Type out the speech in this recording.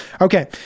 okay